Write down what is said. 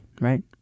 right